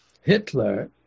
Hitler